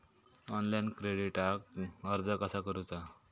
Online क्रेडिटाक अर्ज कसा करुचा?